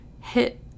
hit